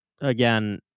again